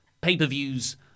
pay-per-views